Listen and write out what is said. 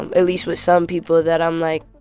and at least with some people, that i'm, like,